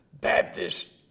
Baptist